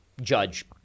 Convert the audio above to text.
judge